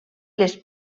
les